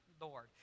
Lord